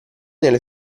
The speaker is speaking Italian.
nelle